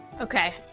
Okay